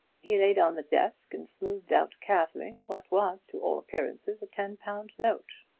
he laid on the desk and smoothed out carefully what was to all appearances a ten-pound note.